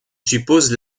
suppose